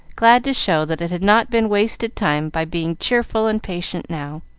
glad to show that it had not been wasted time by being cheerful and patient now.